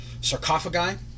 sarcophagi